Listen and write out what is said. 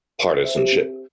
partisanship